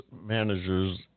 managers